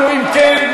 אם כן,